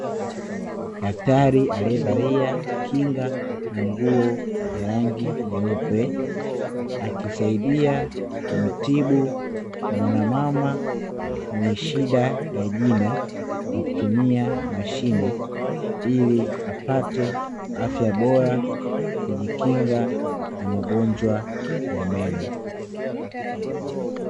Daktari aliyevalia kinga na nguo ya rangi nyeupe, akisaidia kumtibu mwanamama mwenye shida ya jino kwa kutumia mashine, ili apate afya bora kujikinga na magonjwa ya meno.